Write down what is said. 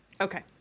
Okay